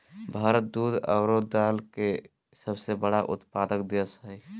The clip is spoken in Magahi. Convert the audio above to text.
भारत दूध आरो दाल के सबसे बड़ा उत्पादक देश हइ